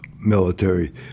military